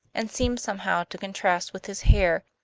and seemed somehow to contrast with his hair,